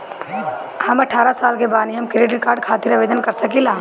हम अठारह साल के बानी हम क्रेडिट कार्ड खातिर आवेदन कर सकीला?